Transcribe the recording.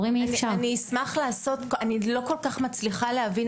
אומרים לי שאי-אפשר.) אני לא כל כך מצליחה להבין,